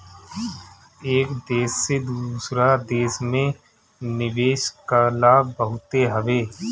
एक देस से दूसरा देस में निवेश कअ लाभ बहुते हवे